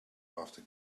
after